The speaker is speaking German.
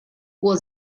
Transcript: uhr